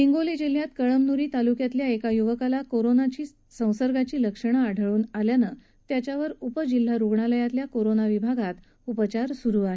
हिंगोली जिल्ह्यात कळमनुरी तालुक्यातल्या एका युवकाला कोरोना विषाणूच्या संसर्गाची लक्षणं आढळून आल्यानं त्याच्यावर उपजिल्हा रुग्णालयातल्या कोरोना विभागात उपचार सुरू आहेत